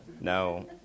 No